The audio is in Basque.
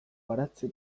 baratze